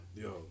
Yo